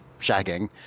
shagging